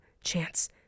chance